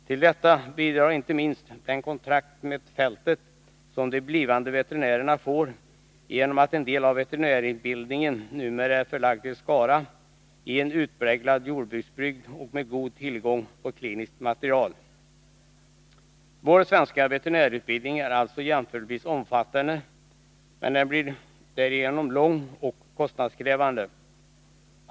Till detta bidrar inte minst den kontakt med fältet som de blivande veterinärerna får genom att en del av veterinärutbildningen numera är förlagd till Skara, i en utpräglad jordbruksbygd med god tillgång på kliniskt material. Vår svenska veterinärutbildning är alltså jämförelsevis omfattande, men blir därigenom lång och kostnadskrävande.